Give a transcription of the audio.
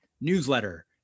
newsletter